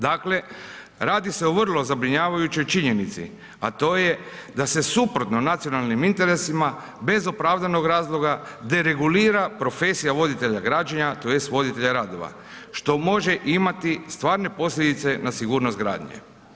Dakle, radi se o vrlo zabrinjavajućoj činjenici, a to je da se suprotno nacionalnim interesima bez opravdanog razloga deregulira profesija voditelja građenja, tj. voditelja radova što može imati stvarne posljedice na sigurnost gradnje.